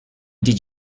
did